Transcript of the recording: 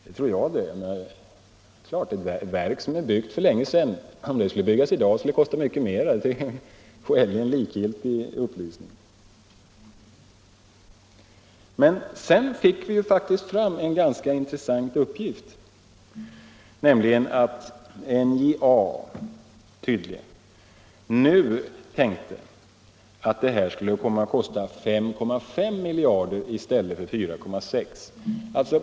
Det är klart att ett verk som är byggt för länge sedan inte kostade lika mycket som ett verk som skulle byggas i dag; men det är ju en skäligen onödig upplysning. Men sedan fick vi faktiskt fram en ganska intressant uppgift, nämligen att NJA tydligen nu räknar med att Stålverk 80 kommer att kosta 5,5 miljarder i stället för 4,6 miljarder.